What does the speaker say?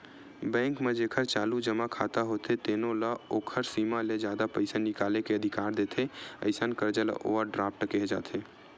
bank म जेखर चालू जमा खाता होथे तेनो ल ओखर सीमा ले जादा पइसा निकाले के अधिकार देथे, अइसन करजा ल ओवर ड्राफ्ट केहे जाथे